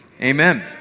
Amen